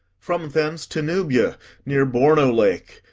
from thence to nubia near borno-lake,